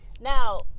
Now